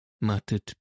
muttered